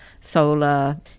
solar